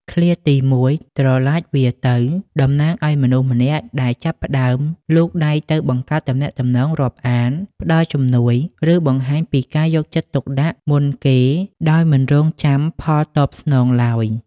ឃ្លាទីមួយ "ប្រឡាចវារទៅ" តំណាងឲ្យមនុស្សម្នាក់ដែលចាប់ផ្តើមលូកដៃទៅបង្កើតទំនាក់ទំនង រាប់អាន ផ្តល់ជំនួយ ឬបង្ហាញពីការយកចិត្តទុកដាក់មុនគេដោយមិនរង់ចាំផលតបស្នងឡើយ។